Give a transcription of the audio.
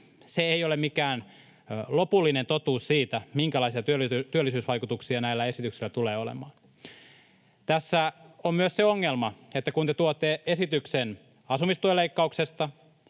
se ei ole mikään lopullinen totuus siitä, minkälaisia työllisyysvaikutuksia näillä esityksillä tulee olemaan. Tässä on myös se ongelma, että kun te tuotte esityksen asumistuen leikkauksesta,